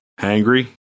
hangry